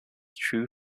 true